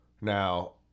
Now